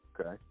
okay